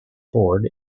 ford